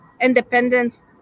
independence